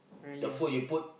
the food you put